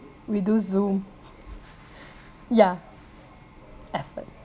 we do zoom yeah effort